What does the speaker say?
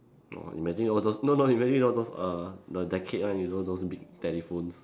!wah! imagine all those no no imagine all those uh the decade one you know those big telephones